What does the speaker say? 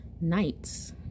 nights